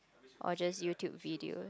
or just YouTube video